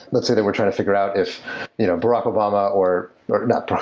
let's say they were trying to figure out if you know barrack obama or or not